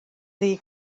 ddi